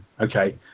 Okay